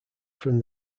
from